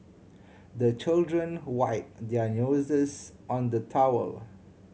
the children wipe their noses on the towel